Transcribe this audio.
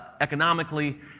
economically